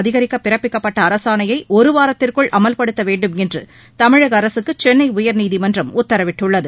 அதிகரிக்க பிறப்பிக்கப்பட்ட அரசாணையை ஒருவாரத்திற்குள் அமல்படுத்த வேண்டுமென்று தமிழக அரசுக்கு சென்னை உயர்நீதிமன்றம் உத்தரவிட்டுள்ளது